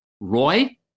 roy